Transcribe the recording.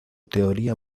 teoría